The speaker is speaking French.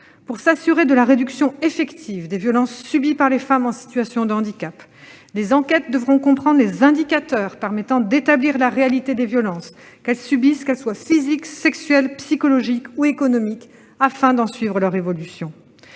nous assurer de la réduction effective des violences subies par les femmes en situation de handicap. Les enquêtes devront comprendre des indicateurs permettant d'établir la réalité des violences subies, qu'elles soient physiques, sexuelles, psychologiques ou économiques, pour en suivre l'évolution.